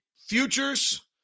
futures